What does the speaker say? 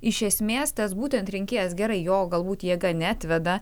iš esmės tas būtent rinkėjas gerai jo galbūt jėga neatveda